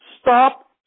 stop